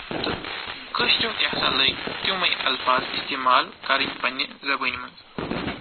تہٕ کٲشرٮ۪و تہِ ہسا لٔگۍ تِمَے اَلفظ اِستعمال کَرٕنۍ پَنٕنہِ زَبٲنۍ منٛز